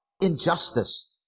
injustice